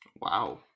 Wow